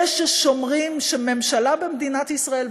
הם ששומרים שממשלה במדינת ישראל,